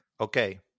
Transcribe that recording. Okay